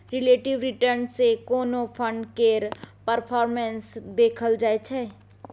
relative return सँ कोनो fund केर परफॉर्मेस देखल जाइ छै